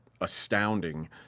astounding